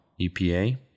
EPA